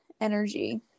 energy